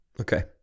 Okay